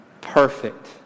perfect